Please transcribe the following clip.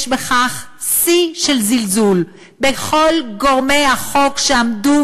יש בכך שיא של זלזול בכל גורמי החוק שעמדו